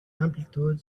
amplitude